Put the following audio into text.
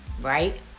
right